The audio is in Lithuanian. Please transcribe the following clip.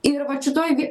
ir vat šitoj vie